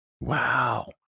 Wow